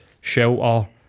shelter